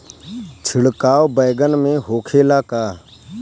छिड़काव बैगन में होखे ला का?